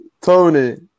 Tony